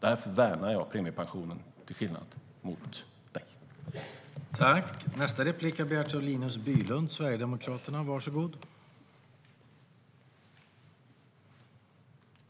Därför värnar jag premiepensionen - till skillnad från dig, Karin Rågsjö.